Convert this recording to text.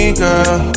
girl